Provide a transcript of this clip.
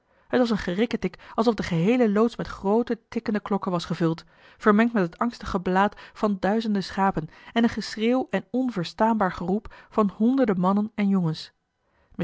t was een gerikketik alsof de geheele loods met groote tikkende klokken was gevuld vermengd met het anstig geblaat van duizenden schapen en een geschreeuw en onverstaanbaar geroep van honderden mannen en jongens